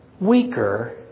weaker